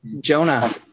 Jonah